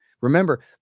Remember